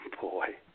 boy